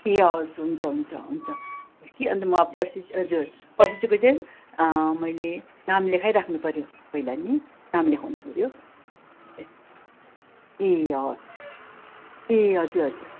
ए हवस् हुन्छ हुन्छ हुन्छ कि अन्त म अब पर्सि च हजुर पर्सि चाहिँ को दिन मैले नाम लेखाइ राख्नुपऱ्यो पहिला नि नाम लेखाउनुपऱ्यो ए ए हवस् ए हजुर हजुर